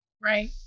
right